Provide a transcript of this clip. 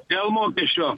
dėl mokesčio